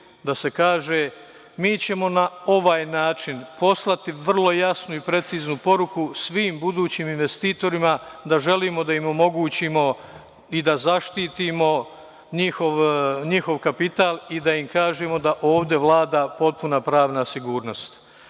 da se kaže – mi ćemo na ovaj način poslati vrlo jasnu i preciznu poruku svim budućim investitorima da želimo da im omogućimo i da zaštitimo njihov kapital i da im kažemo da ovde vlada potpuno pravna sigurnost. Ali,